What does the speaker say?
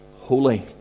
holy